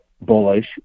bullish